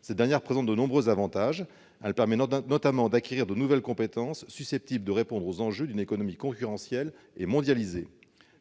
Cette dernière présente de nombreux avantages : elle permet notamment d'acquérir de nouvelles compétences susceptibles de répondre aux enjeux d'une économie concurrentielle et mondialisée.